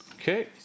Okay